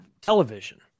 television